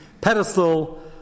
pedestal